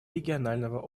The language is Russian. регионального